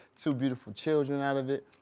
two beautiful children out of it.